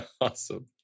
Awesome